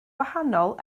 wahanol